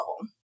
level